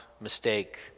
mistake